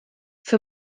für